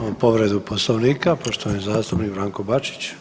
Imamo povredu Poslovnika poštovani zastupnik Branko Bačić.